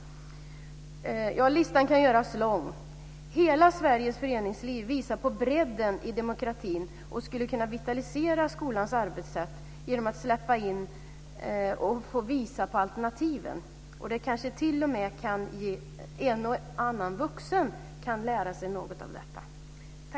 Listan kan göras lång. Hela Sveriges föreningsliv visar på bredden i demokratin och skulle kunna vitalisera skolans arbetssätt genom att släppa in och visa på alternativen. Kanske t.o.m. en och annan vuxen kan lära sig något av detta.